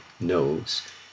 knows